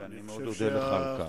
ואני מאוד אודה לך על כך.